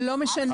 לא משנה,